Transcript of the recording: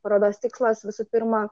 parodos tikslas visų pirma